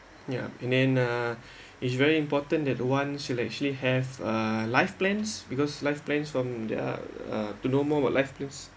ya and then uh it's very important that one should actually have uh life plans because life plans from their uh to know more about life plans